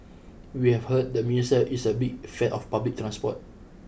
we have heard the minister is a big fan of public transport